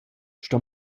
sto